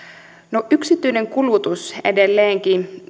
no yksityinen kulutus edelleenkin